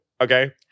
okay